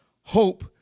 Hope